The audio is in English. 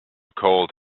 cold